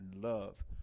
love